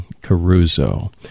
Caruso